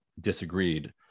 disagreed